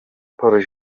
paul